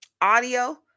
audio